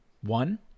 One